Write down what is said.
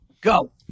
Go